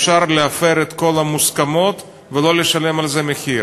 אפשר להפר את כל המוסכמות ולא לשלם על זה מחיר,